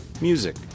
music